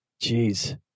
Jeez